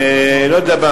ולא יודע,